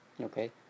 Okay